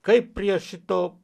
kaip prie šito